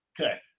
okay